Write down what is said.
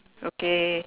okay